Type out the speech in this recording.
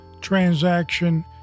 transaction